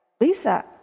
Lisa